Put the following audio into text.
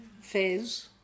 Fez